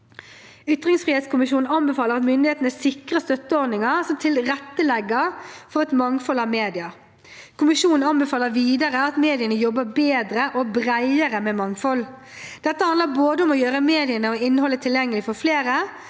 Ytringsfrihetskommisjonen anbefaler at myndighetene sikrer støtteordninger som tilrettelegger for et mangfold av medier. Kommisjonen anbefaler videre at mediene jobber bedre og bredere med mangfold. Dette handler både om å gjøre mediene og innholdet tilgjengelig for flere